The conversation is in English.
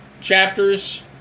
chapters